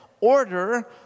order